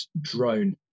drone